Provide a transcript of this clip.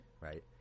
Right